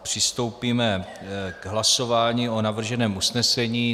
Přistoupíme k hlasování o navrženém usnesení.